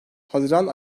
haziran